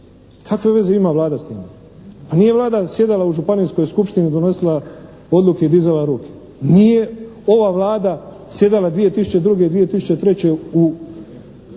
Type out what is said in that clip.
Kakve veze ima Vlada s time? Pa nije Vlada sjedala u Županijskoj skupštini i donosila odluke i dizala ruke. Nije ova Vlada sjedala 2002. i 2003. u,